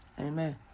Amen